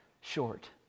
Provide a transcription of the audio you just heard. short